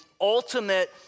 ultimate